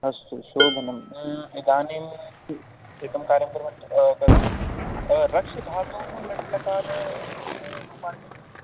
अस्तु शोभनं इदानीं एकं कार्यं कुर्वन्तु करोतु रक्ष् धातोः लट्लकारस्य रूपाणि